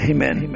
Amen